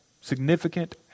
significant